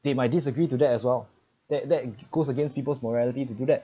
they might disagree to that as well that that goes against people's morality to do that